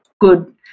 good